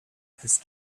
his